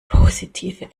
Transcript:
positive